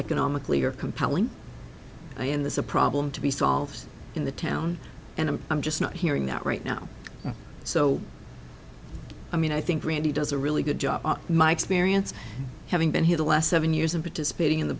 economically are compelling and this a problem to be solved in the town and i'm i'm just not hearing that right now so i mean i think randi does a really good job in my experience having been here the last seven years and participating in the